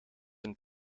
een